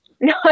No